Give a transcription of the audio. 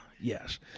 Yes